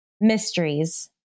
mysteries